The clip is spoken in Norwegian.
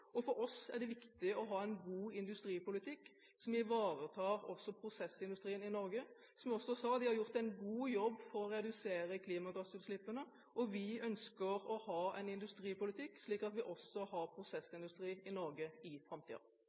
For oss er det viktig å ha en god industripolitikk som ivaretar også prosessindustrien i Norge. Som jeg også sa: De har gjort en god jobb for å redusere klimagassutslippene, og vi ønsker å ha en industripolitikk slik at vi også har en prosessindustri i Norge i